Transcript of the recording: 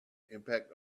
impact